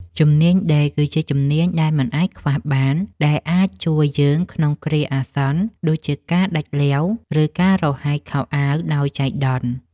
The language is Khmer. ជំនាញដេរគឺជាជំនាញដែលមិនអាចខ្វះបាន ដែលអាចជួយយើងក្នុងគ្រាអាសន្នដូចជាការដាច់ឡេវ ឬការរហែកខោអាវដោយចៃដន្យ។